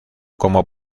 como